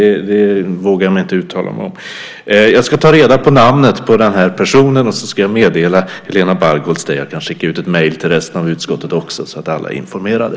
Det vågar jag inte uttala mig om. Jag ska ta reda på namnet på den här personen, och sedan ska jag meddela Helena Bargholtz det. Jag kan skicka ut ett mejl till resten av utskottet också så att alla är informerade.